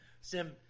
Sim